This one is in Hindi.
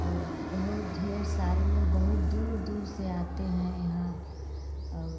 और बहुत ढेर सारे लोग बहुत दूर दूर से आते हैं यहाँ और